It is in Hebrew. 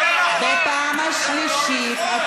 ובפעם השלישית קוראים בשמות חברי הכנסת שמעוניינים,